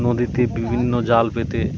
নদীতে বিভিন্ন জাল পেতে